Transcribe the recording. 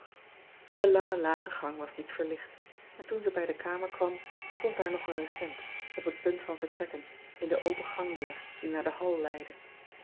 e lange lage gang was niet verlicht en toen zij bij de kamer kwam stond daar nog een regent op het punt van vertrekken in de open gangdeur die naar de hal leidde